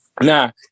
Now